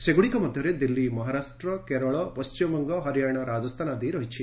ସେହିଗୁଡ଼ିକ ମଧ୍ୟରେ ଦିଲ୍ଲୀ ମହାରାଷ୍ଟ୍ର କେରଳ ପଣ୍ଟିମବଙ୍ଗ ହରିୟାଣା ରାଜସ୍ଥାନ ଆଦି ରହିଛି